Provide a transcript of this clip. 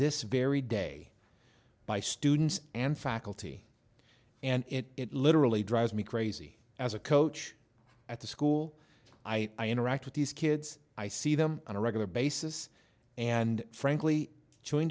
this very day by students and faculty and it literally drives me crazy as a coach at the school i interact with these kids i see them on a regular basis and frankly chewing